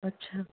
अच्छा